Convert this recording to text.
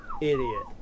Idiot